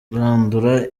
kurandura